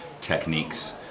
techniques